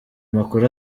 makuru